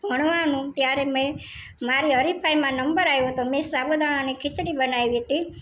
ભણવાનું ત્યારે મેં મારી હરીફાઈમાં નંબર આવ્યો હતો તો મેં સાબુદાણાની ખિચડી બનાવી હતી